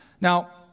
Now